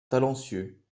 talencieux